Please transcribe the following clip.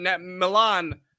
Milan